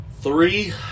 Three